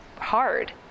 hard